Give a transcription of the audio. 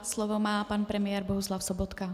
Slovo má pan premiér Bohuslav Sobotka.